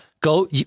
go